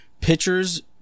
pitchers